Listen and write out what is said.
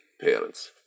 parents